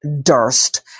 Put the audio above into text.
Durst